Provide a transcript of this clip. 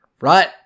right